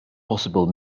possible